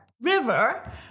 river